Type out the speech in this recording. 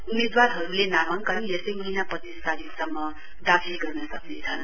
उम्मेदवारहरुले नामाङ्कन यसै महीना पञ्चीस तारीकसम्म दाखिल गर्न सक्रेछन्